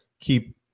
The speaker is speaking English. keep